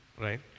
right